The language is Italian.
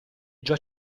già